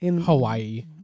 Hawaii